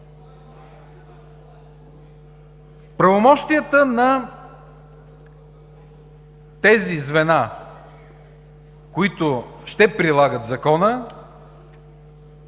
Правомощията на тези звена, които ще прилагат Закона,